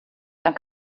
dann